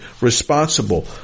responsible